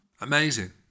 Amazing